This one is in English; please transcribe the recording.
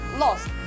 lost